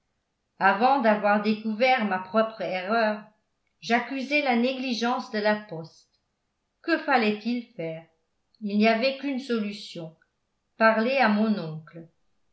avant d'avoir découvert ma propre erreur j'accusai la négligence de la poste que fallait-il faire il n'y avait qu'une solution parler à mon oncle